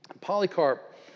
Polycarp